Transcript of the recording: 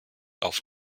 auf